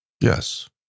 Yes